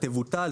תבוטל,